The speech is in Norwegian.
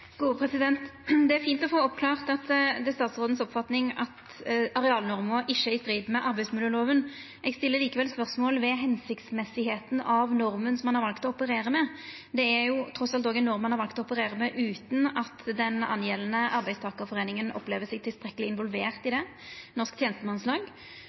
Det er fint å få oppklart at det er statsrådens oppfatning at arealnorma ikkje er i strid med arbeidsmiljøloven. Eg stiller likevel spørsmål ved kor hensiktsmessig norma som ein har valt å operera med, er. Det er trass alt ei norm ein har valt å operera med utan at den arbeidstakarforeininga det gjeld, Norsk Tjenestemannslag, opplever å vera tilstrekkeleg involvert